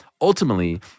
ultimately